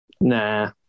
Nah